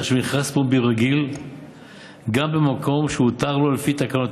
של מכרז פומבי רגיל גם במקום שהותר לו לפי תקנות